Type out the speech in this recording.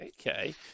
Okay